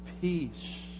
peace